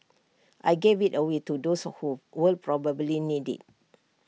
I gave IT away to those who will probably need IT